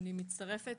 אני מצטרפת